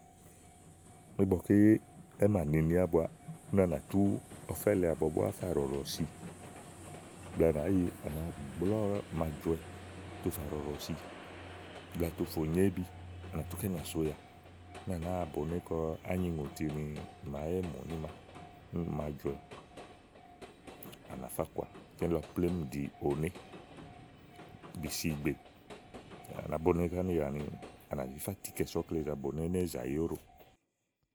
ígbɔké é mà nini ábua úni à nà tú ɔfɛ̀ lèe ábua búá fà ɖɔ̀ɖɔ̀si blɛ̀ɛ à nàá yì, ánà gblɔ̀ màa jɔ̀wɛ fà ɖɔ̀ɖɔ̀si, blɛ̀ɛ àtu fò nyo ébin, ànà tú kɛnìà so ùyà úni à nàáa bòoné kɔ ányiŋòti ni màa é mù níma màa jɔwɛ à nà fá kɔ̀ɔà kílɔ plémú ɖìi oné bì si ìgbè à nàá boné kɔánìyà ni, à nà fá tii kɛ̀ so ɔkle zàa bòoné ni éè zàyi óɖòò.